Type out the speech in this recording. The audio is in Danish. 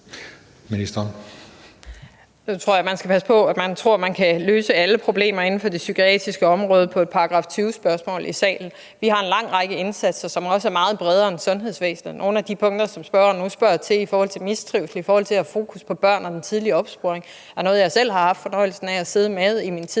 Nu tror jeg, at man skal passe på med at tro, at man kan løse alle problemer inden for det psykiatriske område under et § 20-spørgsmål i salen. Vi har en lang række indsatser, som også er meget bredere og rækker ud over sundhedsvæsenet. Nogle af de punkter, som spørgeren nu spørger til, i forhold til mistrivsel og i forhold til at have fokus på børn og den tidligere opsporing er noget, jeg selv har haft fornøjelsen af at sidde med i min